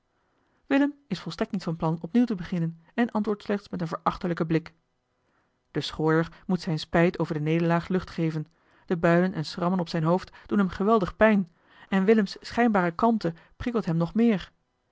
willem is volstrekt niet van plan opnieuw te beginnen en antwoordt slechts met een verachtelijken blik de schooier moet zijne spijt over de nederlaag lucht geven de builen en schrammen op zijn hoofd doen hem geweldig pijn en willems schijnbare kalmte prikkelt hem nog meer